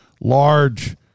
large